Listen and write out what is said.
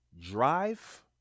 drive